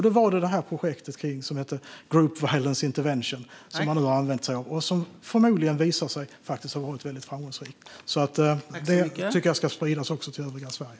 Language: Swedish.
Då tog de upp projektet Group Violence Intervention, som de hade använt sig av. Det kommer förmodligen att visa sig ha varit väldigt framgångsrikt. Jag tycker att detta ska spridas även till övriga Sverige.